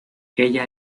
ella